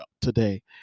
today